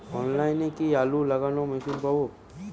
অনলাইনে কি আলু লাগানো মেশিন পাব?